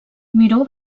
miró